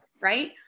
Right